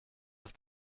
auf